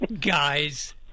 Guys